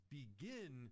begin